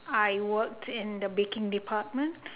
I worked in the baking department